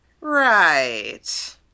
Right